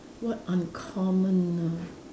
what uncommon ah